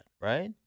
right